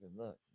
Look